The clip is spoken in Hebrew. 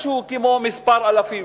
משהו כמו כמה אלפים,